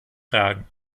fragen